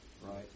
Right